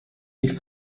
die